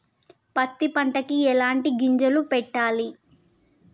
పత్తి పంటకి ఎలాంటి గింజలు పెట్టాలి?